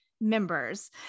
Members